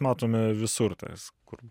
matome visur tas kur